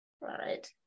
right